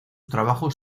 trabajos